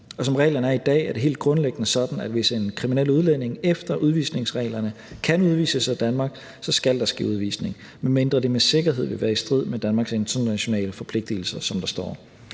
som reglerne er i dag, er det helt grundlæggende sådan, at hvis en kriminel udlænding efter udvisningsreglerne kan udvises af Danmark, så skal der ske udvisning – medmindre det med sikkerhed vil være i strid med Danmarks internationale forpligtigelser, som der står.